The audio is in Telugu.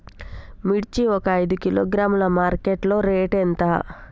మిర్చి ఒక ఐదు కిలోగ్రాముల మార్కెట్ లో రేటు ఎంత?